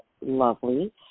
lovely